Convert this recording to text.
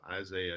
Isaiah